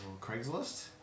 Craigslist